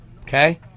Okay